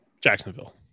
Jacksonville